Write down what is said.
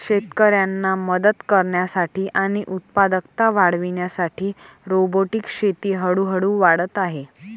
शेतकऱ्यांना मदत करण्यासाठी आणि उत्पादकता वाढविण्यासाठी रोबोटिक शेती हळूहळू वाढत आहे